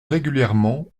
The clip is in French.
régulièrement